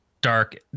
dark